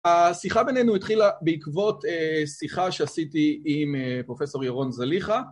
השיחה בינינו התחילה בעקבות שיחה שעשיתי עם פרופסור ירון זליכה